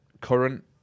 Current